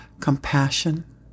compassion